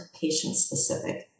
patient-specific